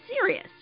serious